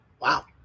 Wow